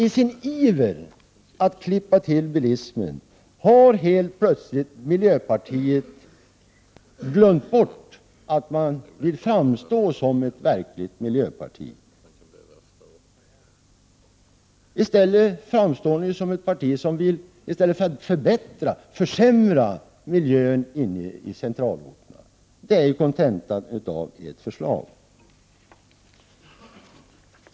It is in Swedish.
I sin iver att ”klippa till” bilismen har miljöpartiet helt 2 maj 1989 plötsligt glömt bort att man vill framstå som ett verkligt miljöparti. I stället för att framstå som ett parti som vill förbättra miljön, framstår ni som ett parti som vill försämra miljön inne i centralorterna. Det är kontentan av ert förslag.